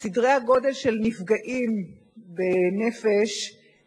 של הסיכון בכל החומרים המסוכנים באזור מפרץ חיפה.